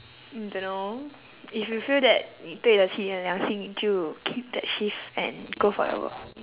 mm don't know if you feel that 你对得起你的良心你就 keep that shift and go for your work